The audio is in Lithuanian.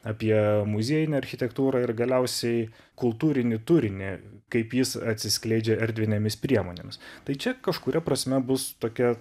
apie muziejinę architektūrą ir galiausiai kultūrinį turinį kaip jis atsiskleidžia erdvinėmis priemonėmis tai čia kažkuria prasme bus tokia